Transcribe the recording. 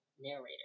narrator